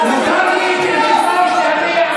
תדבר, את הקרקס הזה צריך